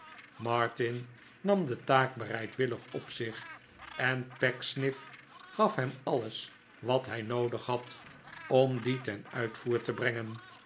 martin nam de taak bereidwillig op zich en pecksniff gaf hem alles wat hij noodig had om die ten uitvoer te brengen